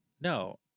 No